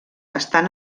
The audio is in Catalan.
estan